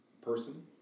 person